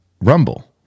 Rumble